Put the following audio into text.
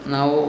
Now